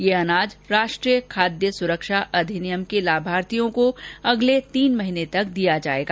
यह अनाज राष्ट्रीय खाद्य सुरक्षा अधिनियम के लाभार्थियों को अगले तीन महीने तक दिया जाएगा